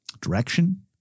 Direction